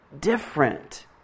different